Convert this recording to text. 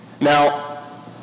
Now